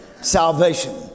salvation